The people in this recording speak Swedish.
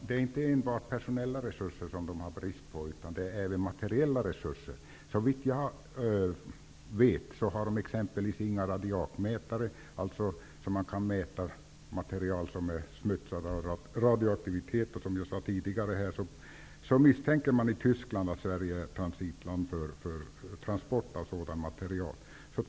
Fru talman! Det råder inte bara brist på personella resurser utan även på materiella resurser. Såvitt jag vet finns det t.ex. inga radiakmätare för att mäta strålningen på radioaktivt nedsmutsat material. Som jag sade tidigare misstänker man i Tyskland att Sverige utgör ett transitland för sådant material.